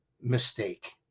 mistake